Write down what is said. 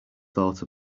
thought